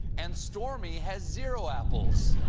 and stormy has zero apples.